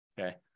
okay